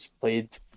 played